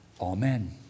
Amen